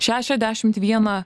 šešiasdešimt vieną